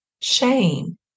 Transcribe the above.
shame